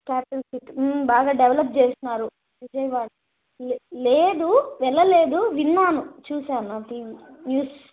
short and sweet బాగా develop చేసారు విజయవాడ లే లేదు వెళ్ళలేదు విన్నాను చూశాను అది న్యూస్